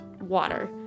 water